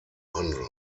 handeln